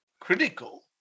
critical